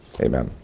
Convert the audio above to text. Amen